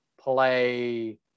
play